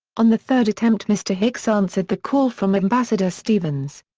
on the third attempt mr. hicks answered the call from ambassador stevens.